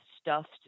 stuffed